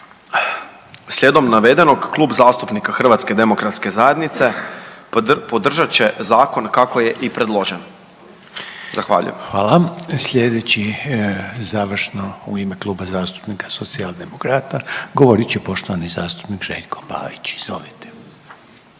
Slijedom navedenog Klub zastupnika HDZ-a podržat će zakon kako je i predloženo. Zahvaljujem. **Reiner, Željko (HDZ)** Hvala. Slijedeći završno u ime Kluba zastupnika Socijaldemokrata govorit će poštovani zastupnik Željko Pavić. Izvolite.